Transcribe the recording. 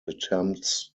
attempts